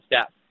step